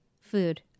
food